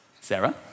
Sarah